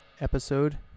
Episode